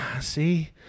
See